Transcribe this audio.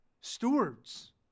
stewards